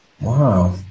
Wow